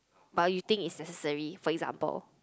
but you think is necessary for example